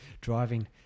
driving